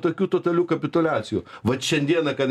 tokių totalių kapituliacijų vat šiandieną kad